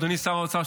אדוני שר האוצר,